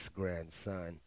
grandson